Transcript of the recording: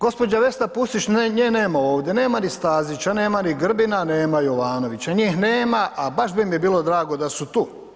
Gđa. Vesna Pusić, nje nema ovdje, nema ni Stazića, nema ni Grbina, nema Jovanovića, njih nema baš bi mi bilo drago da su tu.